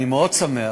אני שמח